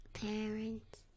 parents